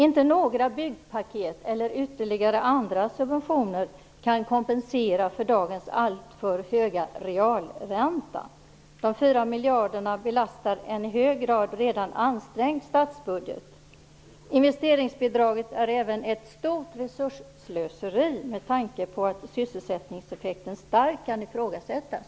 Inte några byggpaket eller ytterligare andra subventioner kan kompensera för dagens alltför höga realränta. De 4 miljarderna belastar en redan i hög grad ansträngd statsbudget. Investeringsbidraget är även ett stort resursslöseri, med tanke på att sysselsättningseffekten starkt kan ifrågasättas.